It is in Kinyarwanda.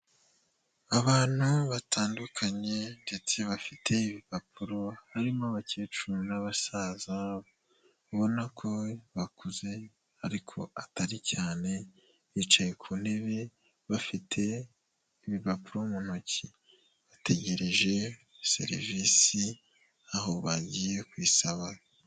Abantu batandukanye ndetse bafite impapuro harimo abakecuru n'abasaza, ubona ko bakuze ariko atari cyane, bicaye ku ntebe bafite ibipapuro mu ntoki, bategereje serivisi aho bagiye kuyisaba.